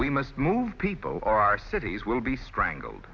we must move people or our cities will be strangled